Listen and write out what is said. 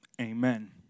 amen